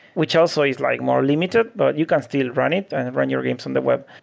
which also is like more limited. but you can still run it and run your games on the web.